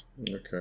Okay